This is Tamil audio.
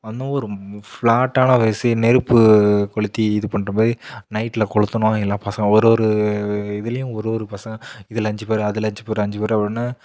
வந்து ஒரு ஃப்லாட்டான நெருப்பு கொளுத்தி இது பண்ணுற மாதிரி நைட்டில் கொளுத்தினோம் எல்லா பசங்க ஒரு ஒரு இதுலேயும் ஒரு ஒரு பசங்க இதில் அஞ்சு பேர் அதில் அஞ்சு பேர் அஞ்சு பேர் அப்புடின்னு